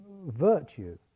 virtue